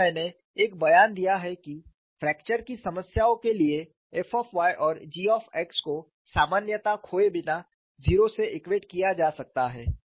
और मैंने एक बयान दिया है कि फ्रैक्चर की समस्याओं के लिए f और g को सामान्यता खोए बिना 0 से इक्वेट किया जा सकता है